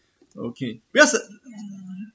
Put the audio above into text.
okay because